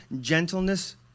gentleness